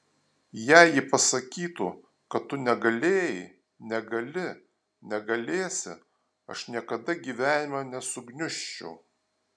jei ji pasakytų kad tu negalėjai negali negalėsi aš niekada gyvenime nesugniužčiau